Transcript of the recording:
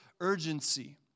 urgency